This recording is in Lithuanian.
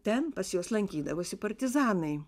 ten pas juos lankydavosi partizanai